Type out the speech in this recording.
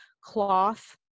cloth